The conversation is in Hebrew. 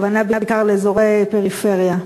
הכוונה בעיקר לאזורי פריפריה.